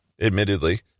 Admittedly